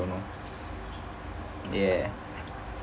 you know ya